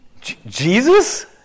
jesus